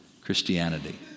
Christianity